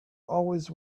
always